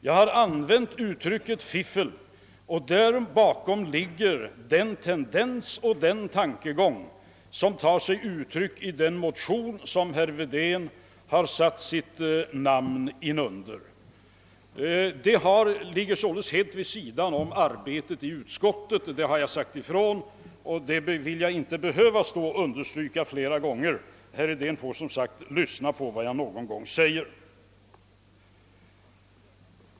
Jag har använt uttrycket fiffel om den tendens och tankegång som tagit sig uttryck i den motion som herr Wedén har satt sitt namn under. Jag syftade således på något som ligger helt vid sidan av arbetet i utskottet. Det har jag sagt ifrån och det vill jag inte understryka fler gånger — herr Wedén får som sagt lyssna på vad jag säger.